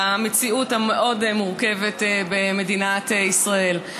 במציאות המאוד-מורכבת במדינת ישראל.